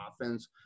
offense